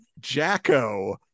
Jacko